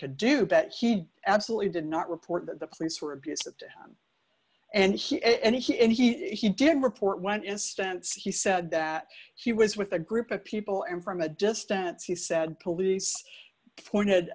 could do that he absolutely did not report that the police were abusive to him and he and he did report one instance he said that she was with a group of people and from a distance he said police pointed